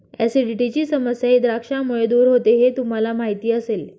ऍसिडिटीची समस्याही द्राक्षांमुळे दूर होते हे तुम्हाला माहिती असेल